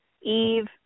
Eve